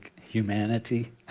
humanity